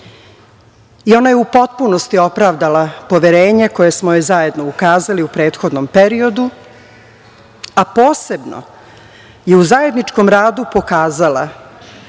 i ona je u potpunosti opravdala poverenje koje smo joj zajedno ukazali u prethodnom periodu, a posebno je u zajedničkom radu pokazala